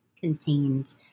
contained